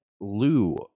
lou